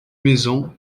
maison